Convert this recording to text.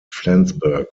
flansburgh